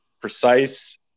precise